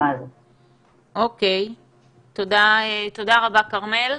תודה רבה, כרמל,